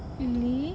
really